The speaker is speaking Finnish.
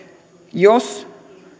jos